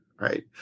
Right